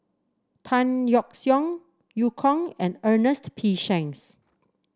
Tan Yeok Seong Eu Kong and Ernest P Shanks